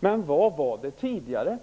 Men hur var det tidigare?